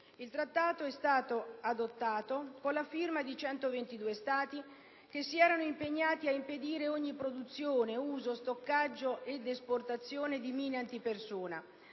Il Trattato è stato adottato con la firma di 122 Stati, che si erano impegnati ad impedire ogni produzione, uso, stoccaggio ed esportazione di mine antipersona,